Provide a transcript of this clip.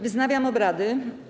Wznawiam obrady.